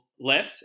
left